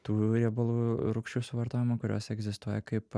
tų riebalų rūgščių suvartojimą kurios egzistuoja kaip